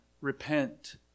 Repent